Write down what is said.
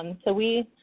um so we,